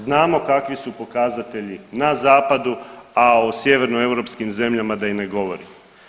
Znamo kakvi su pokazatelji na zapadu, a o sjevernoeuropskim zemljama da i ne govorim.